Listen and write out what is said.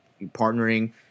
partnering